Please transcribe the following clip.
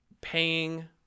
paying